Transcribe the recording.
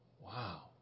Wow